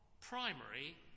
primary